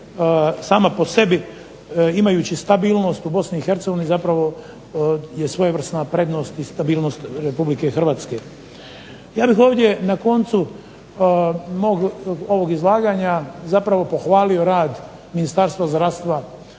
sama po sebi imajući stabilnost u Bosni i Hercegovini zapravo je svojevrsna prednost i stabilnost Republike Hrvatske. Ja bih ovdje na koncu mog ovog izlaganja zapravo pohvalio rad Ministarstva zdravstva, i ovdje